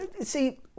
see